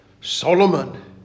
Solomon